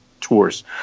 tours